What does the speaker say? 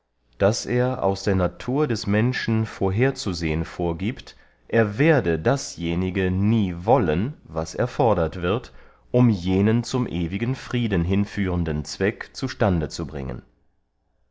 daß er aus der natur des menschen vorher zu sehen vorgiebt er werde dasjenige nie wollen was erfordert wird um jenen zum ewigen frieden hinführenden zweck zu stande zu bringen